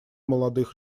молодых